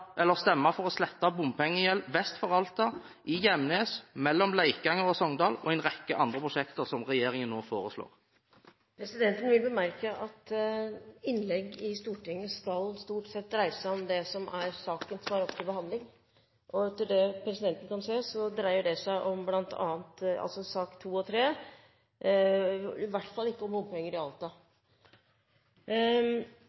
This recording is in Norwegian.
bompengegjeld vest for Alta, i Gjemnes, mellom Leikanger og Sogndal og en rekke andre prosjekter som regjeringen når foreslår. Presidenten vil bemerke at innlegg i Stortinget skal stort sett dreie seg om den saken som er oppe til behandling. Etter det presidenten kan se, dreier sakene nr. 2 og 3 seg i hvert fall ikke om bompenger i